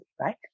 right